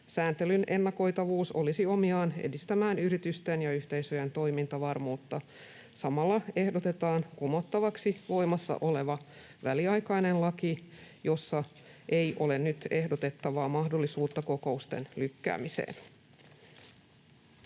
Sääntelyn ennakoitavuus olisi omiaan edistämään yritysten ja yhteisöjen toimintavarmuutta. Samalla ehdotetaan kumottavaksi voimassa oleva väliaikainen laki, jossa ei ole nyt ehdotettavaa mahdollisuutta kokousten lykkäämiseen.